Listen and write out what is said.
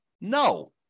No